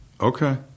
Okay